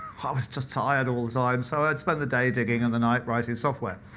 i was just tired all the time. so i'd spend the day digging and the night writing software.